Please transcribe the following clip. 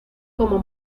como